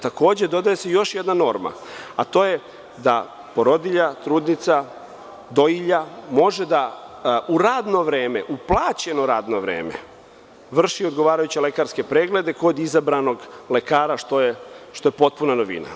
Takođe, dodaje se još jedna norma – da porodilja, trudnica, dojilja, može da u radno vreme, u plaćeno radno vreme, vrši odgovarajuće lekarske preglede kod izabranog lekara, što je potpuna novina.